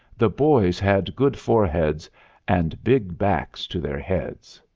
the boys had good foreheads and big backs to their heads.